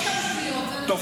לא צריך להיות, תופעת טבע.